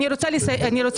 אני רוצה להגיד,